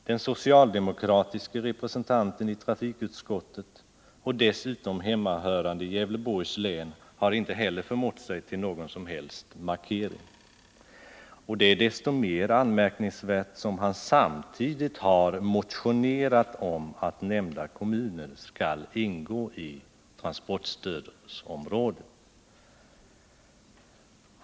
Den socialdemokratiska representanten i trafikutskottet från Gävleborgs län har inte heller förmått sig till någon som helst markering. Det är desto mer anmärkningsvärt som han samtidigt har motionerat om att nämnda kommuner skall ingå i transportstödsområdet.